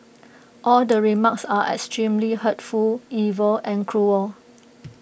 all the remarks are extremely hurtful evil and cruel